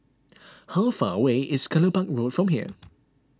how far away is Kelopak Road from here